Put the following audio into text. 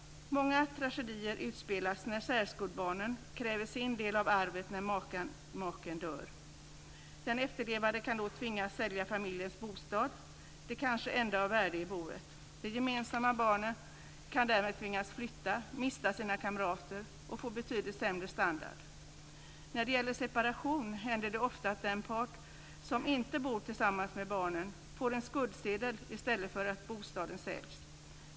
Många tragedier utspelas när särkullbarn kräver sin del av arvet när maken eller makan dör. Den efterlevande kan då tvingas sälja familjens bostad - kanske det enda av värde i boet. De gemensamma barnen kan därmed tvingas flytta, mista sina kamrater och få betydligt sämre standard. När det gäller separation händer det ofta att den part som inte bor tillsammans med barnen får en skuldsedel i stället för att bostaden säljs.